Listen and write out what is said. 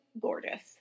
gorgeous